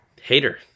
Hater